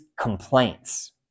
complaints